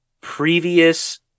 previous